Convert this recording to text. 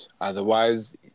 otherwise